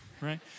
Right